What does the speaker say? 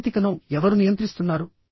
సాంకేతికతను ఎవరు నియంత్రిస్తున్నారు